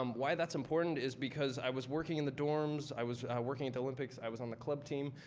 um why that's important is because i was working in the dorms. i was working at the olympics. i was on the club team.